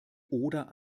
oder